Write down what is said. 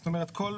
זאת אומרת, כל